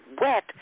wet